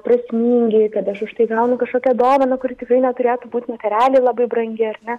prasmingi kad aš už tai gaunu kažkokią dovaną kuri tikrai neturėtų būt materialiai labai brangi ar ne